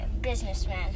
businessman